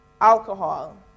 Alcohol